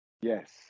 Yes